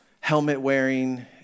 helmet-wearing